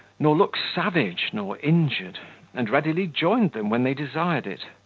nor look savage nor injured and readily joined them when they desired it.